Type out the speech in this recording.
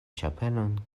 ĉapelon